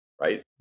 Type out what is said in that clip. right